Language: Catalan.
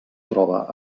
troba